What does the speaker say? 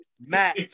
Matt